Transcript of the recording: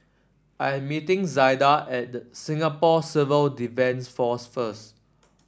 I am meeting Zaida at Singapore Civil Defence Force first